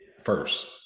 first